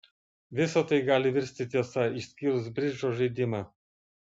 visa tai gali virsti tiesa išskyrus bridžo žaidimą